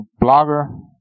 Blogger